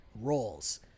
roles